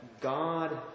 God